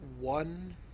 one